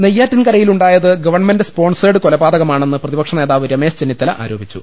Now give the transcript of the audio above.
നെയ്യാറ്റിൻകരയിലുണ്ടായത് government sponsored കൊലപാതകമാണെന്ന് പ്രതിപക്ഷ നേതാവ് രമേശ് ചെന്നിത്ത ല ആരോപിച്ചു